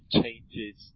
changes